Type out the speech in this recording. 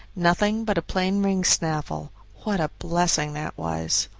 nothing but a plain ring snaffle. what a blessing that was!